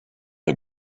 the